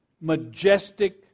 majestic